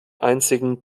einzigen